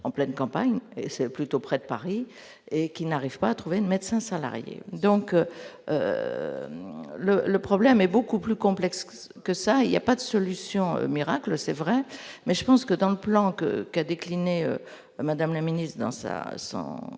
en pleine campagne et c'est plutôt près de Paris, et qui n'arrivent pas à trouver de médecin salarié donc le le problème est beaucoup plus complexe que ça, il y a pas de solution miracle, c'est vrai, mais je pense que dans le plan que qu'a décliné, madame la ministre, dans ça